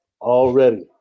already